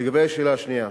לגבי השאלה השנייה,